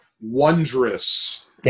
wondrous